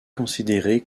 considérée